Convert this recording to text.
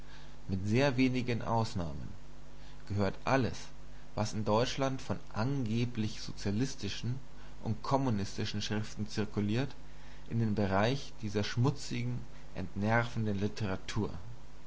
mit sehr wenigen ausnahmen gehört alles was in deutschland von angeblich sozialistischen und kommunistischen schriften zirkuliert in den bereich dieser schmutzigen entnervenden literatur